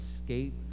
escape